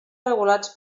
regulats